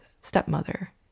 stepmother